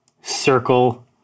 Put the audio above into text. circle